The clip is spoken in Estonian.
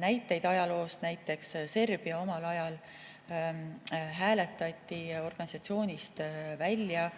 näiteid ajaloost. Näiteks Serbia omal ajal hääletati organisatsioonist välja.